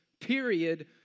period